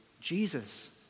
Jesus